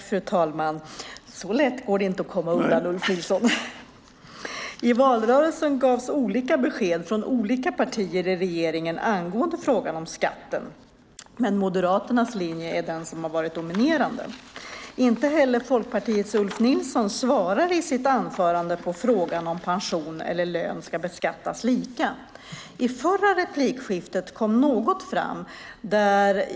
Fru talman! I valrörelsen gavs olika besked från olika partier i regeringen angående frågan om skatten, men Moderaternas linje har varit den dominerande. Inte heller Folkpartiets Ulf Nilsson svarar i sitt anförande på frågan om pension och lön ska beskattas lika. I det förra replikskiftet kom något fram.